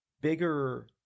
bigger